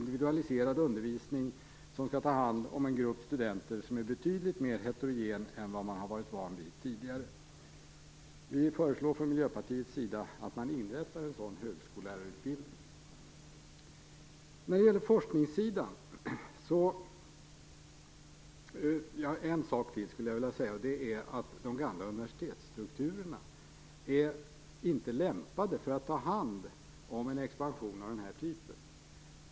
De skall ta hand om en grupp studenter som är betydligt mer heterogen än vad man har varit van vid tidigare och ge dem en individualiserad undervisning. Vi föreslår från Miljöpartiets sida att man inrättar en sådan högskolelärarutbildning. En sak till skulle jag vilja säga, och det är att de gamla universitetsstrukturerna inte är lämpade för en expansion av den här typen.